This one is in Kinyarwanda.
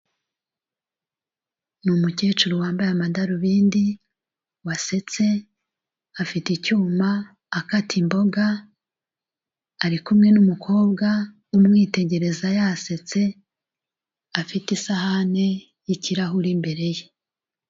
Ni umukecuru wambaye amadarubindi wasetse, afite icyuma akata imboga, ari kumwe n'umukobwa umwitegereza yasetse, afite isahani y'ikirahure imbere ye.